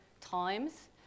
Times